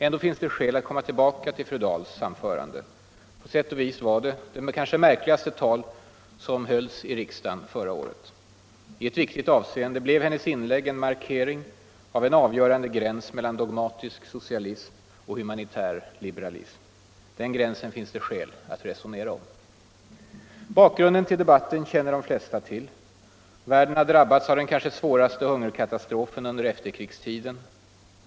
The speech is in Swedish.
Ändå finns det skäl att komma tillbaka till Birgitta Dahls anförande. På sätt och vis var det kanske det märkligaste tal som hölls i riksdagen förra året. I ett viktigt avseende blev hennes inlägg en markering av en avgörande gräns mellan dogmatisk socialism och humanitär liberalism. Den gränsen finns det skäl att resonera om. Bakgrunden till debatten känner de flesta till. Världen har drabbats av den kanske svåraste hungerkatastrofen under efterkrigstiden.